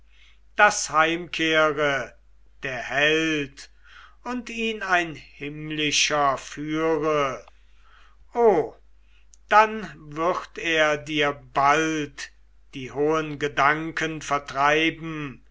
daß heimkehre der held und ihn ein himmlischer führe o dann würd er dir bald die hohen gedanken vertreiben